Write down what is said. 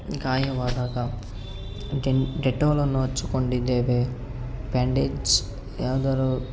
ಗಾಯವಾದಾಗ ಡೆನ್ ಡೆಟೋಲನ್ನು ಹಚ್ಚಿಕೊಂಡಿದ್ದೇವೆ ಬ್ಯಾಂಡೇಜ್ ಯಾವ್ದಾದ್ರೂ